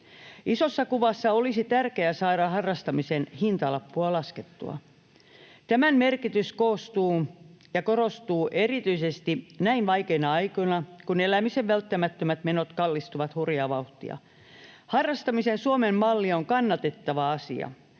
Isossa kuvassa olisi tärkeää saada harrastamisen hintalappua laskettua. Tämän merkitys korostuu erityisesti näin vaikeina aikoina, kun elämisen välttämättömät menot kallistuvat hurjaa vauhtia. Harrastamisen Suomen malli on kannatettava asia.